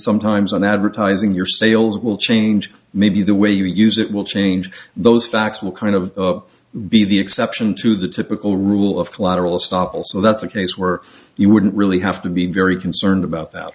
sometimes on advertising your sales will change maybe the way you use it will change those facts will kind of be the exception to the typical rule of collateral estoppel so that's a case where you wouldn't really have to be very concerned about